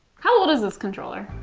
how old is this controller?